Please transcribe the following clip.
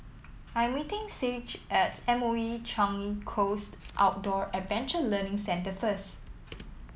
I'm meeting Saige at M O E Changi Coast Outdoor Adventure Learning Centre first